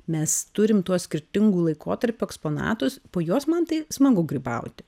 mes turim tuos skirtingų laikotarpių eksponatus po juos man taip smagu grybauti